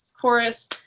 chorus